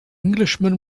englishman